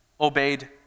obeyed